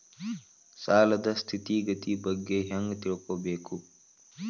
ಸಾಲದ್ ಸ್ಥಿತಿಗತಿ ಬಗ್ಗೆ ಹೆಂಗ್ ತಿಳ್ಕೊಬೇಕು?